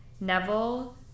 Neville